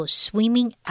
swimming